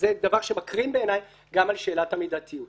דבר שמקרין בעיני גם על שאלת המידתיות.